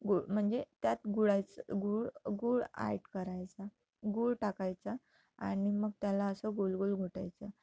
गु म्हणजे त्यात गुळाचं गूळ गूळ ॲड करायचा गूळ टाकायचा आणि मग त्याला असं गोल गोल घोटायचं